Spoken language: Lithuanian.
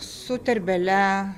su terbele